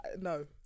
No